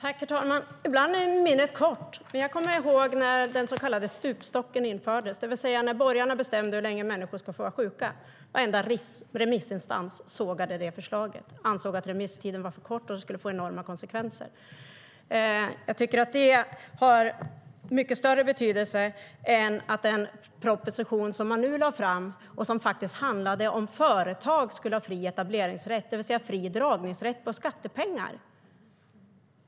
Herr talman! Ibland är minnet kort, men jag kommer ihåg när den så kallade stupstocken infördes, det vill säga när borgarna bestämde hur länge människor skulle få vara sjuka. Varenda remissinstans sågade det förslaget. Man ansåg att remisstiden var för kort och att förslaget skulle få enorma konsekvenser. Jag tycker att det har mycket större betydelse än den proposition som man nu lade fram och som handlade om att företag skulle ha fri etableringsrätt, det vill säga dragningsrätt på skattepengar.